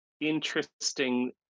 interesting